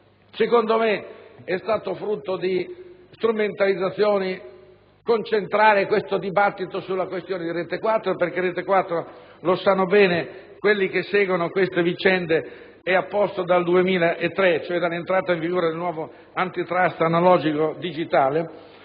avviso è stato frutto di strumentalizzazioni concentrare il dibattito su Retequattro perché - e lo sanno bene quelli che seguono queste vicende - essa è a posto dal 2003, cioè dall'entrata in vigore del nuovo *anti**trust* analogico digitale.